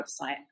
website